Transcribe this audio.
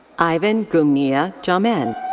ivan goumnya djamen.